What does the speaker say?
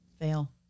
Fail